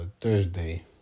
Thursday